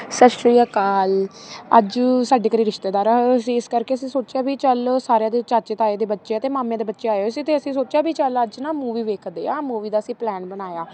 ਸਤਿ ਸ਼੍ਰੀ ਅਕਾਲ ਅੱਜ ਸਾਡੇ ਘਰ ਰਿਸ਼ਤੇਦਾਰ ਆਏ ਹੋਏ ਸੀ ਇਸ ਕਰਕੇ ਅਸੀਂ ਸੋਚਿਆ ਵੀ ਚੱਲ ਸਾਰਿਆਂ ਦੇ ਚਾਚੇ ਤਾਏ ਦੇ ਬੱਚੇ ਹੈ ਅਤੇ ਮਾਮੇ ਦੇ ਬੱਚੇ ਆਏ ਹੋਏ ਸੀ ਅਤੇ ਅਸੀਂ ਸੋਚਿਆ ਵੀ ਚੱਲ ਅੱਜ ਨਾ ਮੂਵੀ ਵੇਖਦੇ ਹਾਂ ਮੂਵੀ ਦਾ ਅਸੀਂ ਪਲੈਨ ਬਣਾਇਆ